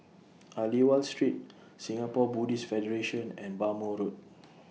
Aliwal Street Singapore Buddhist Federation and Bhamo Road